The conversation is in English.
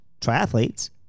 triathletes